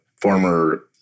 former